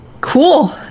Cool